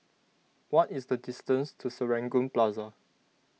what is the distance to Serangoon Plaza